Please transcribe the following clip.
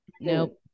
Nope